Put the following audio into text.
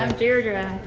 ah deirdre, i'm